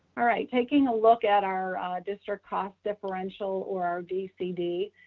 all right. taking a look at our district cost differential or our dcd.